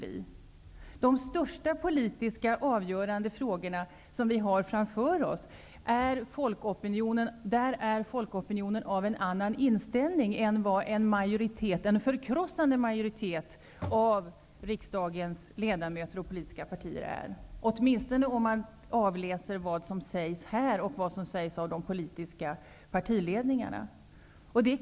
I de största politiska avgörande frågorna som vi har framför oss är folkopinionen av en annan inställning än en förkrossande majoritet av riksdagens ledamöter och politiska partier -- åtminstone om man beaktar vad som sägs här i kammaren och av de politiska partiledningarna.